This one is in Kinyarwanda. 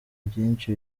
byishi